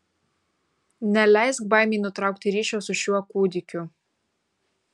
neleisk baimei nutraukti ryšio su šiuo kūdikiu